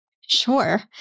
sure